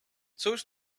cóż